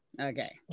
okay